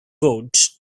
road